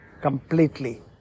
completely